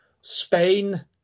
Spain